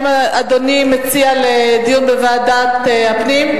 האם אדוני מציע דיון בוועדת הפנים?